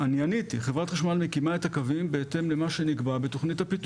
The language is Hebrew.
אני עניתי: חברת החשמל מקימה את הקווים בהתאם למה שנקבע בתכנית הפיתוח.